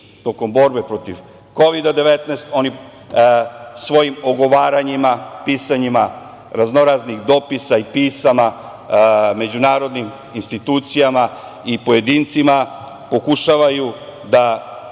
tokom borbe protiv Kovida 19, oni svojim ogovaranjima, pisanjima raznoraznih dopisa i pisama međunarodnim institucijama i pojedincima pokušavaju da